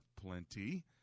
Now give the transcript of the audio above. plenty